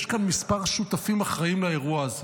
יש כאן מספר שותפים שאחראים לאירוע הזה.